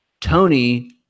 Tony